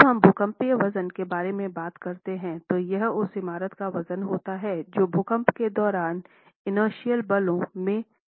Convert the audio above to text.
जब हम भूकंपीय वजन के बारे में बात करते हैं तो यह उस इमारत का वजन होता है जो भूकंप के दौरान इनरटीएल बलों में भाग लेंगा